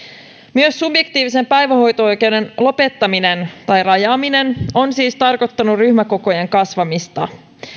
myös subjektiivisen päivähoito oikeuden lopettaminen tai rajaaminen on siis tarkoittanut ryhmäkokojen kasvamista